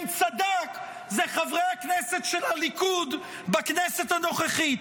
צדק" זה חברי הכנסת של הליכוד בכנסת הנוכחית.